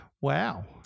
Wow